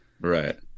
Right